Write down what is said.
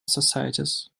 societies